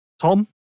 Tom